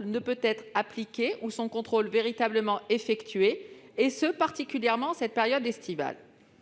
ne peut pourtant être appliquée ou son contrôle véritablement effectué, particulièrement en cette période estivale.